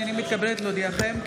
הינני מתכבדת להודיעכם,